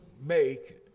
make